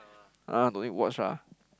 ah no need watch ah